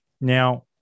Now